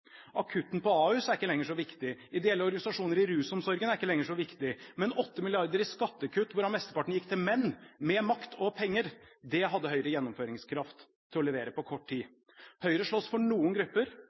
Akutten på Ahus er ikke lenger så viktig. Ideelle organisasjoner i rusomsorgen er ikke lenger så viktig. Men 8 mrd. kr i skattekutt, hvorav mesteparten gikk til menn med makt og penger, det hadde Høyre gjennomføringskraft til å levere på kort